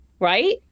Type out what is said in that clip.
right